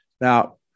now